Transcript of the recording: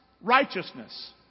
Righteousness